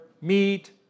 meat